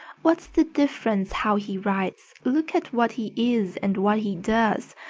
what's the difference how he writes? look at what he is and what he does!